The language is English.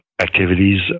activities